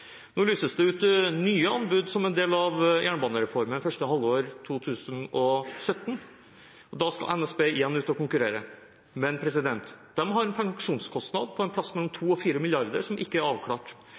Nå lyses det ut nye anbud – som en del av jernbanereformen – første halvår 2017. Da skal NSB igjen ut og konkurrere. Men de har en pensjonskostnad på et sted mellom